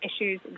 issues